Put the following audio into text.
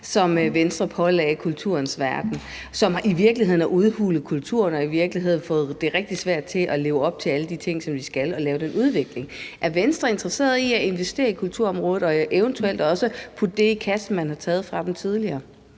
som Venstre pålagde kulturens verden, og som i virkeligheden har udhulet kulturen og gjort det rigtig svært at leve op til alle de ting, som de skal, og lave den udvikling. Er Venstre interesseret i at investere i kulturområdet og eventuelt også putte det i kassen, man har taget fra dem tidligere?